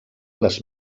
les